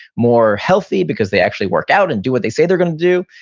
more healthy because they actually work out and do what they say they're going to do.